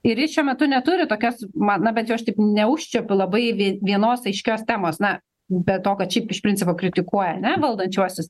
ir jis šiuo metu neturi tokios ma na bent jau aš taip neužčiuopiu labai vie vienos aiškios temos na be to kad šiaip iš principo kritikuoja ane valdančiuosius